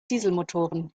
dieselmotoren